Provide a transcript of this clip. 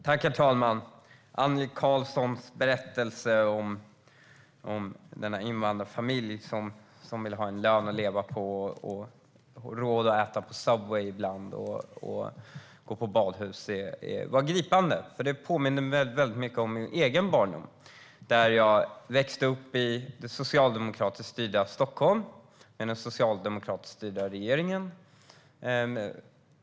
Herr talman! Annelie Karlssons berättelse om en invandrarfamilj som vill ha en lön att leva på, ha råd att äta på Subway ibland och gå till badhuset var gripande. Den påminner mycket om min egen barndom. Jag växte upp i det socialdemokratiskt styrda Stockholm och med en socialdemokratiskt styrd regering.